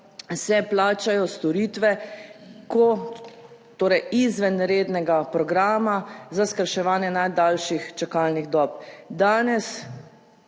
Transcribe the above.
se plačajo storitve, ko torej izven rednega programa za skrajševanje najdaljših čakalnih dob.